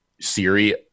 siri